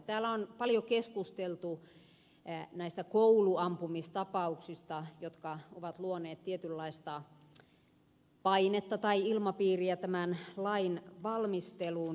täällä on paljon keskusteltu näistä kouluampumistapauksista jotka ovat luoneet tietynlaista painetta tai ilmapiiriä tämän lain valmisteluun